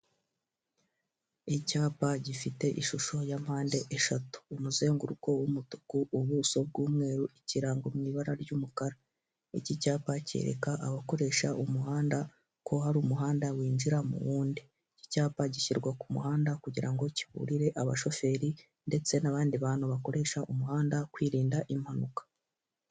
Icyapa gifite ishusho ya mpande eshatu, umuzenguruko w'umutuku, ubuso bw'umweru ikirango mu ibara ry'umukara, iki cyapa cyereka abakoresha umuhanda ko hari umuhanda winjira mu wundi, iki cyapa gishyirwa ku muhanda kugira ngo kiburire abashoferi ndetse n'abandi bantu bakoresha umuhanda, kwirinda impanuka.